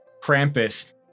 Krampus